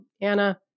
Anna